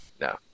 No